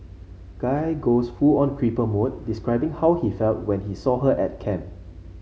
guy goes full on creeper mode describing how he felt when he saw her at camp